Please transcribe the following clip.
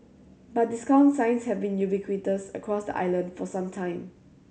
but discount signs have been ubiquitous across the island for some time